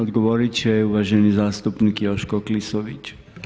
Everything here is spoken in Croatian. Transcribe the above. Odgovoriti će uvaženi zastupnik Joško Klisović.